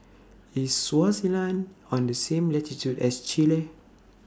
IS Swaziland on The same latitude as Chile